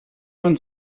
man